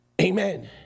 Amen